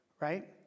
right